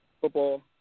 Football